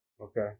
Okay